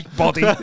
body